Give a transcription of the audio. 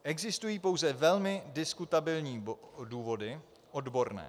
Existují pouze velmi diskutabilní důvody odborné.